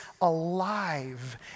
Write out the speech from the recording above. alive